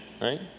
right